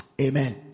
Amen